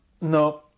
No